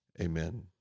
Amen